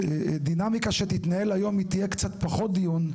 הדינמיקה שתתנהל היום היא תהיה קצת פחות דיון,